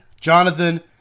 Jonathan